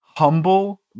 Humble